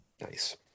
nice